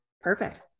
Perfect